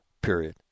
period